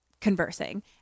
conversing